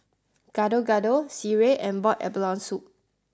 Gado Gado Sireh and Boiled Abalone Soup